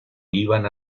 iban